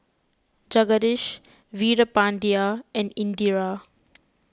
Jagadish Veerapandiya and Indira